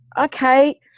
okay